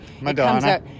madonna